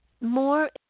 more